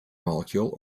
molecule